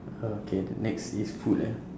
okay the next is food eh